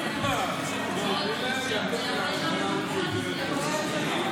כמה הם רוצים את זה.